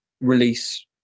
release